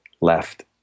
left